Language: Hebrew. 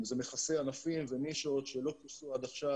זה מכסה ענפים ונישות שלא כוסו עד עכשיו